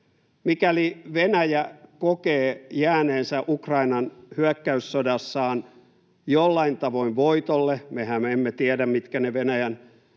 Mikäli Venäjä kokee jääneensä Ukrainan hyökkäyssodassaan jollain tavoin voitolle — mehän emme tiedä, mitkä ne Venäjän